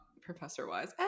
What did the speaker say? professor-wise